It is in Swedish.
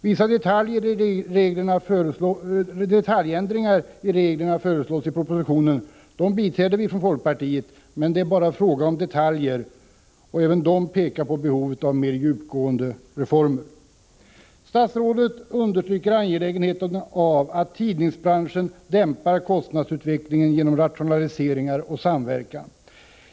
Vissa detaljändringar i reglerna föreslås i propositionen. Dem biträder vi från folkpartiet, men dessa detaljändringar pekar på behovet av mer djupgående reformer. Statsrådet understryker angelägenheten av att tidningsbranschen dämpar kostnadsutvecklingen genom rationaliseringar och samverkan.